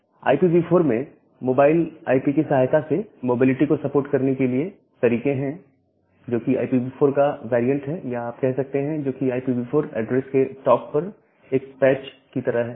IPv4 में mobile IP की सहायता से मोबिलिटी को सपोर्ट करने के लिए तरीके हैं जोकि IPv4 का वैरीअंट है या आप कह सकते हैं जोकि IPv4 एड्रेस के टॉप पर एक पैच की तरह है